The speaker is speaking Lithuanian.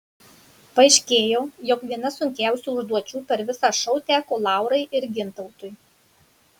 paaiškėjo jog viena sunkiausių užduočių per visą šou teko laurai ir gintautui